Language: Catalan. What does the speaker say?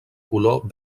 color